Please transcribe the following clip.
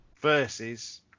versus